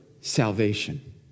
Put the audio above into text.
salvation